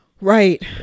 Right